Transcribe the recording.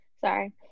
Sorry